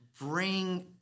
bring